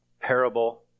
parable